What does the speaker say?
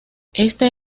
este